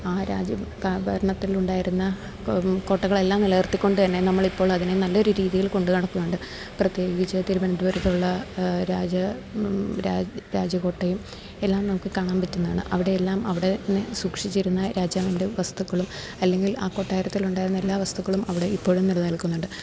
ആ രാജ്യം ക ഭരണത്തിലുണ്ടായിരുന്ന കോട്ടകളെല്ലാം നിലനിർത്തിക്കൊണ്ട് തന്നെ നമ്മളിപ്പോൾ അതിനെ നല്ലൊരു രീതിയിൽ കൊണ്ട് നടക്കുന്നുണ്ട് പ്രത്യേകിച്ച് തിരുവന്തപരത്തുള്ള രാജ രാജ് രാജ കോട്ടയും എല്ലാം നമുക്ക് കാണാൻ പറ്റുന്നാണ് അവിടെയല്ലാം അവിടെന്നെ സൂക്ഷിച്ചിരുന്ന രാജാവിൻറ്റെ വസ്തുക്കളും അല്ലെങ്കിൽ ആ കൊട്ടാരത്തിൽ ഉണ്ടായിരുന്നു എല്ലാ വസ്തുക്കളും അവിടെ ഇപ്പോഴും നിലനിൽക്കുന്നുണ്ട്